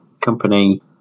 company